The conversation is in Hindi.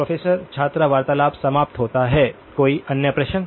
प्रोफेसर छात्र वार्तालाप समाप्त होता है कोई अन्य प्रश्न